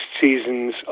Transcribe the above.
season's